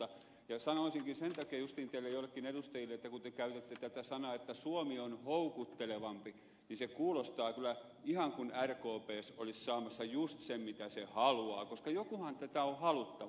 sanoisinkin sen takia justiin teille joillekin edustajille että kun te käytätte tätä sanaa että suomi on houkuttelevampi niin se kuulostaa kyllä ihan siltä kuin rkp olisi saamassa just sen mitä se haluaa koska jonkunhan tätä on haluttava